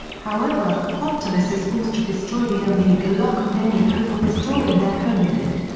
however, optimus is forced to destroy the omega lock and any hope of restoring their home with it.